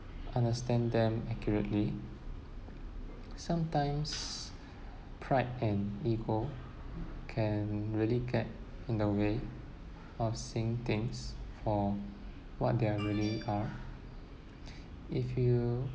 understand them accurately sometimes pride and ego can really get in the way of seeing things for what they are really are if you